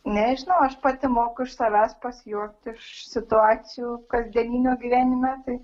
nežinau aš pati moku iš savęs pasijuokti iš situacijų kasdieninių gyvenime tai